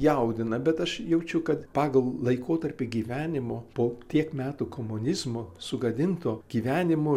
jaudina bet aš jaučiu kad pagal laikotarpį gyvenimo po tiek metų komunizmo sugadinto gyvenimo